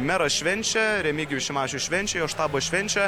meras švenčia remigijus šimašius švenčia jo štabas švenčia